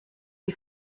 die